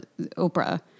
Oprah